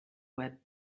web